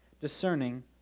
discerning